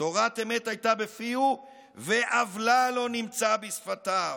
"תורת אמת היתה בפיהו ועוְלה לא נמצא בשפתיו",